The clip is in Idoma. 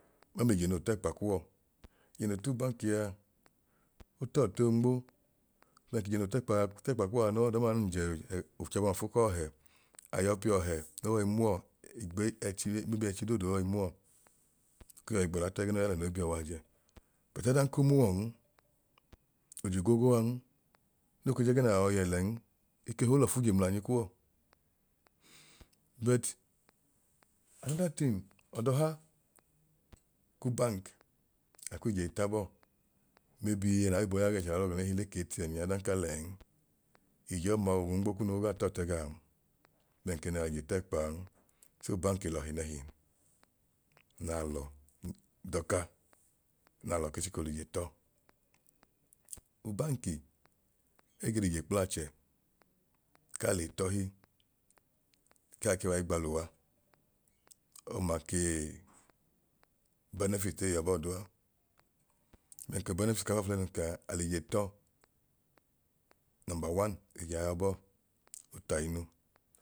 Mẹml'ije noo t'ẹkpa kuwọ ije noo t'ubanki a otọọtoo nmo ije noo t'ẹkpaa t'ẹkpa kuwọ a ya ọdọma ya nun jo chabọ mafu k'ọhẹ ayọ piọhẹ no yọi muwọ igbei ẹchi maybe ẹchi doodu oyọi muwọ oke yọi gbẹlat'ẹẹgẹ noi yalẹ noi biyọ w'ajẹ but odan ko muwọn ojigogoan no ke jẹgẹ naa yọi yẹ lẹn ekehi olọfu je mlanyi kuwọ. but another thing ọdọha k'ubank akw'ije itabọọ maybe ẹna ayoibo ya w'ẹchẹ anu abọinune hi k'atm nya adan ka lẹẹn ije ọma oonmo kunu gaa tọọtẹ gaan bẹn kẹ naa je t'ẹkpan so ubanki lọhi nẹhi n'alọ dọka n'alọ ke chiko l'ije tọọ. Ubanki ege l'ije kplachẹ k'ale t'ọhi kaa ke wai gba luwaọma kee benefit ei yọbọọ duwa, bẹn ku benefit ka faafulẹyi nun kaa al'ije tọọ nọnmba wan ije a yabọọ tainu